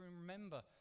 remember